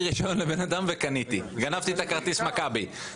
רישיון לבן אדם וקניתי גנבתי כרטיס מכבי.